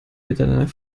miteinander